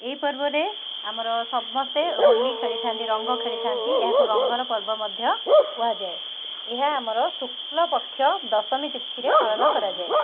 ଏଇ ପର୍ବରେ ଆମର ସମସ୍ତେ ହୋଲି ଖେଳିଥାନ୍ତି ରଙ୍ଗ ଖେଳିଥାନ୍ତି ଏହାକୁ ରଙ୍ଗରପର୍ବ ମଧ୍ୟ କୁହାଯାଏ ଏହା ଆମର ଶୁକ୍ଳପକ୍ଷ ଦଶମୀତିଥିରେ ପାଳନ କରାଯାଏ